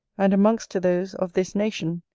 and amongst those of this nation,